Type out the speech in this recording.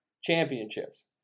championships